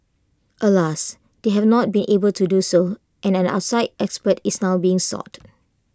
alas they have not been able to do so and an outside expert is now being sought